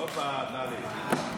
הופה, טלי.